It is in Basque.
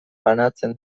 banatzen